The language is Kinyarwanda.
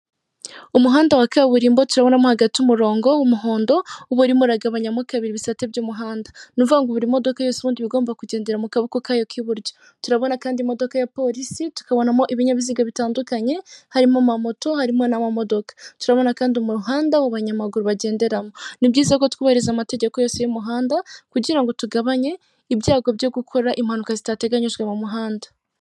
Umugabo wicaye wambaye ishati yirabura wifashe ku munwa, iruhande rwe hari umugore bicaye bareba abantu bari imbere yabo nabo bicaye bari kureba muri ekara nini.